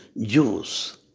Jews